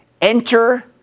Enter